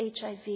HIV